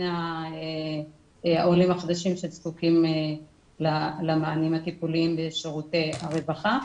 העולים החדשים שזקוקים למענים הטיפוליים ושירותי הרווחה.